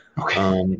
Okay